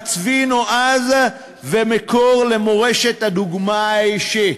מצביא נועז ומקור למורשת הדוגמה האישית.